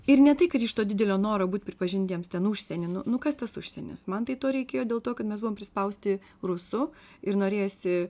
ir ne tai kad iš to didelio noro būt pripažintiems ten užsieny nu nu kas tas užsienis man tai to reikėjo dėl to kad mes buvom prispausti rusų ir norėjosi